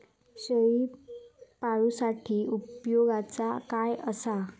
शेळीपाळूसाठी उपयोगाचा काय असा?